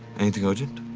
anything urgent?